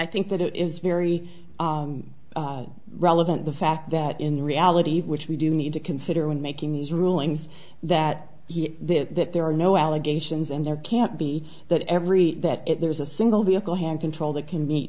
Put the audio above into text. i think that it is very relevant the fact that in reality which we do need to consider when making these rulings that he that there are no allegations and there can't be that every that there's a single vehicle hand control that can